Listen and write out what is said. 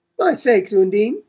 my sakes. undine!